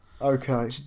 Okay